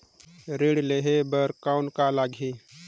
ऋण लेहे बर कौन का लगही?